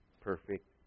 perfect